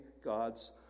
God's